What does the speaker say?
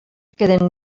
queden